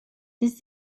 does